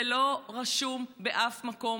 זה לא רשום באף מקום,